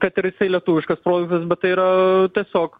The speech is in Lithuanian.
kad ir lietuviškas produktas bet tai yra tiesiog